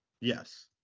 Yes